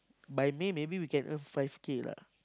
buy May maybe we can earn five K lah